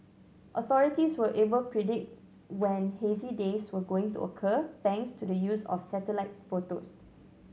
authorities were able predict when hazy days were going to occur thanks to the use of satellite photos